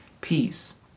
peace